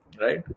right